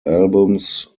albums